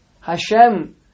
Hashem